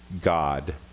God